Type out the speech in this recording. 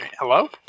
hello